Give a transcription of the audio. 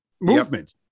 movement